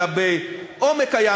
אלא בעומק הים,